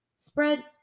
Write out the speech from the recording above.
spread